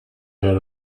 had